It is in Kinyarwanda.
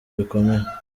bikomeye